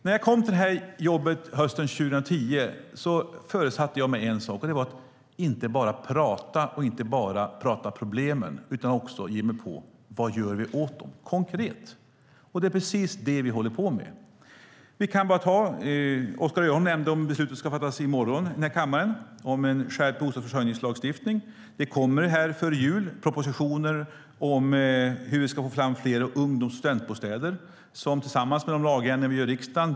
När jag kom till det här jobbet hösten 2010 föresatte jag mig en sak, och det var att inte bara prata om problemen utan också ge mig in på vad vi konkret gör åt dem. Det är precis det vi håller på med. Oskar Öholm nämnde det beslut som ska fattas i kammaren i morgon om en skärpt bostadsförsörjningslagstiftning. Före jul kommer det propositioner om hur vi ska få fram fler ungdoms och studentbostäder och lagändringar som vi ska göra i riksdagen.